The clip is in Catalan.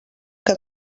que